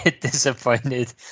disappointed